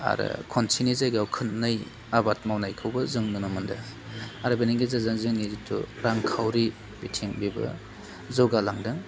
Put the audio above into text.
आरो खेबसेनि जायगायाव खेबनै आबाद मावनायखौबो जों नुनो मोनदों आरो बेनि गेजेरजों जोंनि जिथु रांखावरि बिथिं बेबो जौगालांदों